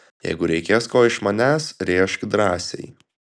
jeigu reikės ko iš manęs rėžk drąsiai